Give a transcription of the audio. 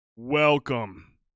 Welcome